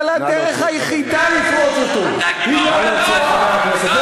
אם אתה גיבור גדול, אני קורא את חזן